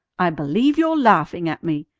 i believe you're laughing at me!